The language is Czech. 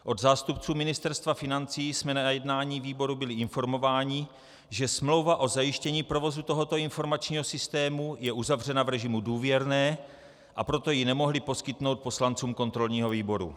Od zástupců Ministerstva financí jsme na jednání výboru byli informováni, že smlouva o zajištění provozu tohoto informačního systému je uzavřena v režimu důvěrné, a proto ji nemohli poskytnout poslancům kontrolního výboru.